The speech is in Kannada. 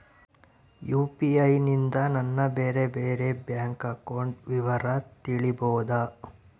ಯು.ಪಿ.ಐ ನಿಂದ ನನ್ನ ಬೇರೆ ಬೇರೆ ಬ್ಯಾಂಕ್ ಅಕೌಂಟ್ ವಿವರ ತಿಳೇಬೋದ?